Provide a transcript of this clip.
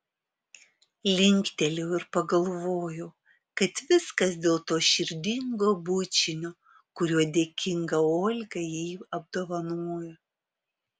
linktelėjau ir pagalvojau kad viskas dėl to širdingo bučinio kuriuo dėkinga olga jį apdovanojo